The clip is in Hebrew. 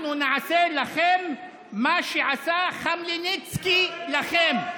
אנחנו נעשה לכם מה שעשה חמלניצקי לכם.